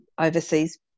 overseas